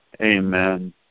Amen